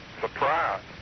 surprise